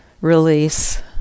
release